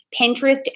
Pinterest